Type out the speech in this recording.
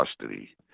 custody